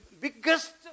biggest